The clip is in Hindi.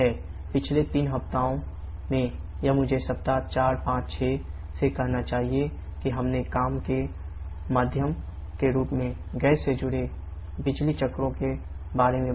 पिछले तीन हफ्तों में या मुझे सप्ताह 4 5 और 6 से कहना चाहिए कि हमने काम के माध्यम के रूप में गैस से जुड़े बिजली चक्रों के बारे में बात की है